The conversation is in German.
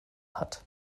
hat